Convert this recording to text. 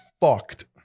fucked